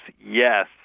Yes